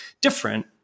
different